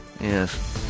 Yes